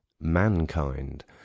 mankind